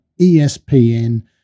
ESPN